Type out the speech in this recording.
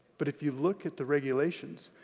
but if you look at the regulations,